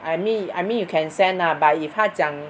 err I mean I mean you can send lah but if 他讲